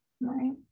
Right